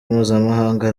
mpuzamahanga